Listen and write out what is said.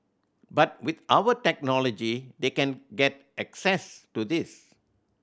but with our technology they can get access to this